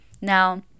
now